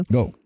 Go